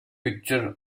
picture